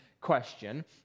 question